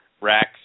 racks